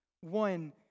one